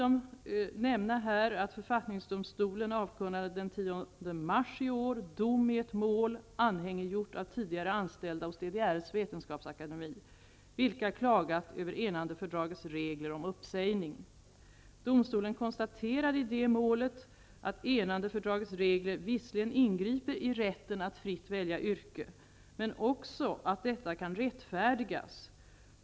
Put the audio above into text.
mars i år dom i ett mål anhängiggjort av tidigare anställda hos DDR:s Vetenskapsakademi, vilka klagat över enandefördragets regler om uppsägning. Domstolen konstaterade i det målet att enandefördragets regler visserligen ingriper i rätten att fritt välja yrke, men också att detta kan rättfärdigas.